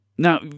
Now